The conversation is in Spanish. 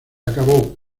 acabó